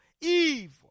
evil